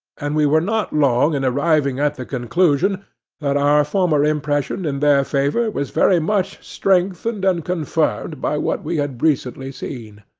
and we were not long in arriving at the conclusion that our former impression in their favour was very much strengthened and confirmed by what we had recently seen.